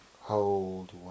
Hold